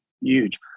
huge